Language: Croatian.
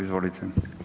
Izvolite.